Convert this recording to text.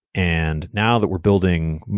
and now that we're building,